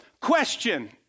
question